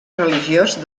religiós